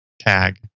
tag